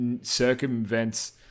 circumvents